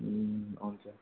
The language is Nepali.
हुन्छ